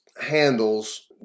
handles